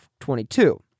22